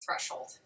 threshold